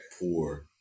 poor